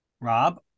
Rob